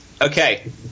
Okay